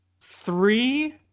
three